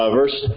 verse